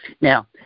Now